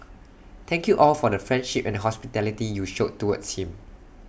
thank you all for the friendship and hospitality you showed towards him